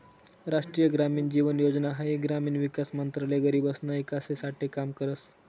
राष्ट्रीय ग्रामीण जीवन योजना हाई ग्रामीण विकास मंत्रालय गरीबसना ईकास साठे काम करस